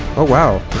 oh wow,